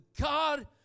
God